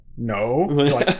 No